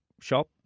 shop